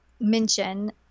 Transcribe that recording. mention